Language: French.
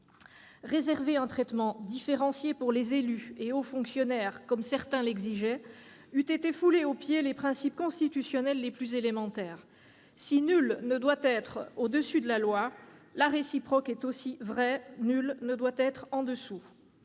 Réserver un traitement différencié pour les élus et hauts fonctionnaires, comme certains l'exigeaient, eût été fouler aux pieds les principes constitutionnels les plus élémentaires. Si nul ne doit être au-dessus de la loi, la réciproque est aussi vraie : nul ne doit être en dessous